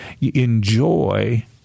enjoy